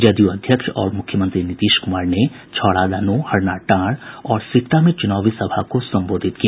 जदयू अध्यक्ष और मुख्यमंत्री नीतीश कुमार ने छौड़ादानो हरनाटांड और सिकटा में चुनावी सभा को संबोधित किया